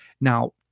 Now